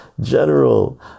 general